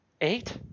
Eight